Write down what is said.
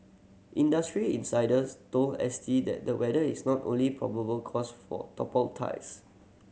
industry insiders told S T that the weather is not only probable cause for top tiles